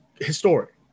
historic